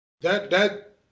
that—that